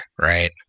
right